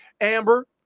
Amber